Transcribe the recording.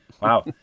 Wow